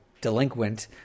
delinquent